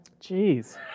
Jeez